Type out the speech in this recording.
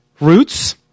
roots